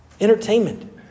entertainment